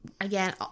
again